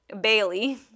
Bailey